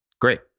great